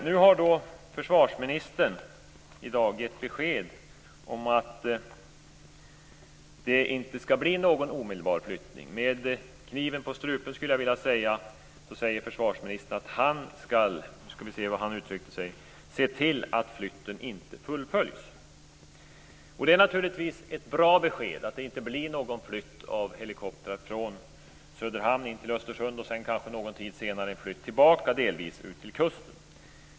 Nu har försvarsministern här i dag gett besked om att det inte skall bli någon omedelbar flyttning. Med kniven på strupen säger försvarsministern att han skall se till att flytten inte fullföljs. Det är naturligtvis ett bra besked att det inte blir någon flytt av helikoptrar från Söderhamn till Östersund och sedan kanske en tid senare en flytt tillbaka ut till kusten.